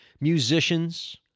musicians